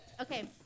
Okay